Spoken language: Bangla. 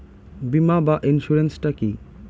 বিমা বা ইন্সুরেন্স টা কি?